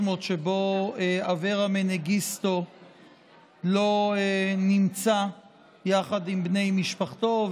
שבו אברה מנגיסטו לא נמצא יחד עם בני משפחתו,